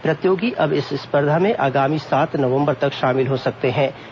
प्रतियोगी अब इस स्पर्धा में आगामी सात नवम्बर तक शामिल हो सकेंगे